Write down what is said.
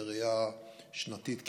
ובראייה שנתית,